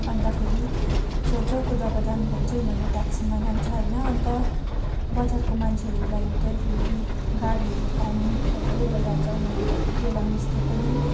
अन्तखेरि छेउ छेउको जग्गा जानु भने चाहिँ उनीहरू ट्याक्सीमा जान्छ होइन अन्त बजारको मान्छेहरूलाई चाहिँ फेरि गाडीहरू पाउनु सजिलै भइहाल्छ उनीहरू जतिबेला निस्के पनि